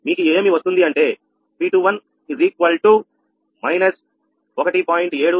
మీకు ఏం వస్తుంది అంటే P21 వచ్చి దేనికి సమానం అంటే మైనస్ 1